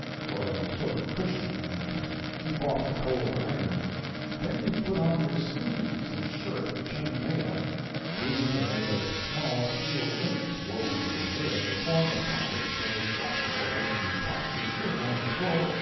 for a sort of cushion and to keep off the cold iron then you put on your sleeves and shirt of chain mail these are made of small steel links woven together, and they form a fabric so flexible that if you toss your shirt onto the floor,